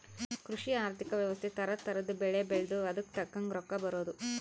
ಕೃಷಿ ಆರ್ಥಿಕ ವ್ಯವಸ್ತೆ ತರ ತರದ್ ಬೆಳೆ ಬೆಳ್ದು ಅದುಕ್ ತಕ್ಕಂಗ್ ರೊಕ್ಕ ಬರೋದು